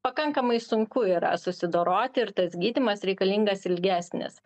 pakankamai sunku yra susidoroti ir tas gydymas reikalingas ilgesnis